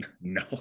no